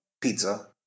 pizza